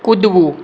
કૂદવું